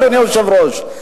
אדוני היושב-ראש.